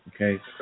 Okay